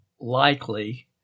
likely